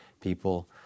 people